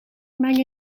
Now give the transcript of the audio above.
mengen